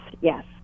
yes